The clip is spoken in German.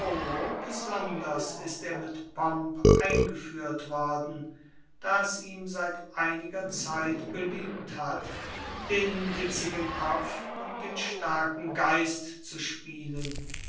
besonders ist er mit pomp eingeführt worden da es ihm seit einiger zeit beliebt hat den witzigen kopf und den starken geist zu spielen